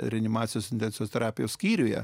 reanimacijos intensyvios terapijos skyriuje